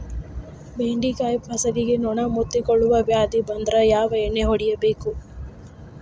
ಬೆಂಡೆಕಾಯ ಫಸಲಿಗೆ ನೊಣ ಮುತ್ತಿಕೊಳ್ಳುವ ವ್ಯಾಧಿ ಬಂದ್ರ ಯಾವ ಎಣ್ಣಿ ಹೊಡಿಯಬೇಕು?